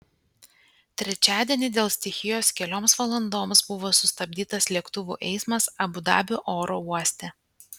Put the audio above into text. trečiadienį dėl stichijos kelioms valandoms buvo sustabdytas lėktuvų eismas abu dabio oro uoste